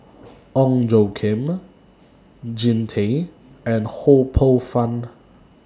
Ong Tjoe Kim Jean Tay and Ho Poh Fun